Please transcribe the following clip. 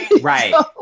right